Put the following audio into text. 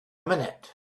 minute